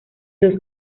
dos